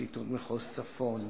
פרקליטת מחוז צפון,